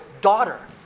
Daughter